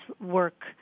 work